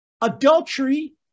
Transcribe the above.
adultery